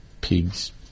pigs